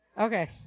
Okay